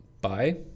bye